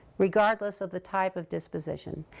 regardless of the type of disposition.